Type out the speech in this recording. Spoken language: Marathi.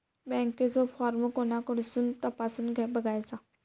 बँकेचो फार्म कोणाकडसून तपासूच बगायचा?